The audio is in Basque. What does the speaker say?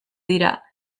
dira